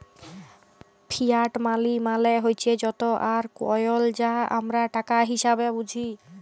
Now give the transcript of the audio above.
fiat money মালে হছে যত আর কইল যা আমরা টাকা হিসাঁবে বুঝি